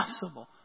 possible